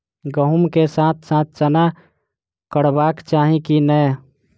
गहुम केँ साथ साथ चना करबाक चाहि की नै?